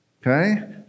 Okay